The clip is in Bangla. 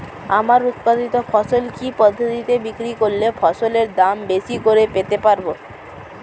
আমার উৎপাদিত ফসল কি পদ্ধতিতে বিক্রি করলে ফসলের দাম বেশি করে পেতে পারবো?